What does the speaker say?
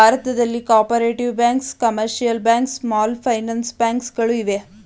ಭಾರತದಲ್ಲಿ cooperative banks, commercial banks, small finance bank ಗಳು ಇವೆ